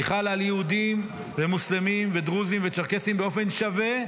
היא חלה על יהודים ומוסלמים ודרוזים וצ'רקסים באופן שווה.